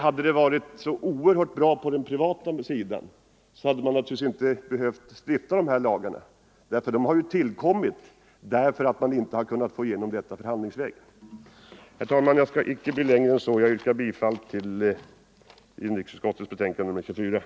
Hade det varit så oerhört bra på den privata sidan, hade man naturligtvis inte behövt stifta dessa lagar. De har ju tillkommit därför att man inte har kunnat få igenom förslagen förhandlingsvägen. Herr talman! Jag yrkar bifall till utskottets hemställan i inrikesutskottets betänkande nr 29.